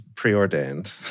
preordained